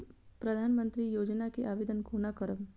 प्रधानमंत्री योजना के आवेदन कोना करब?